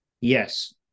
Yes